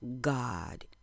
God